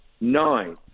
nine